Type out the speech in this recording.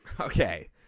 Okay